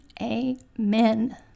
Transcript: amen